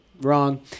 Wrong